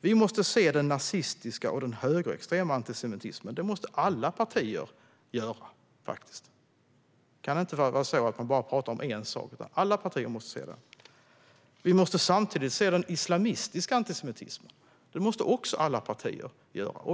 Vi måste se den nazistiska och den högerextrema antisemitismen. Det måste alla partier göra. Man kan inte bara tala om en sak, utan alla partier måste se detta. Vi måste samtidigt se den islamistiska antisemitismen. Det måste också alla partier göra.